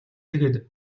тэгээд